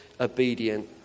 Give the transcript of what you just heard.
obedient